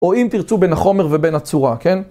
או אם תרצו בין החומר ובין הצורה, כן?